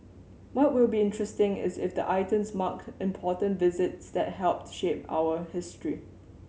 what will be interesting is if the items marked important visits that helped shape our history